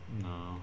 No